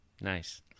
Nice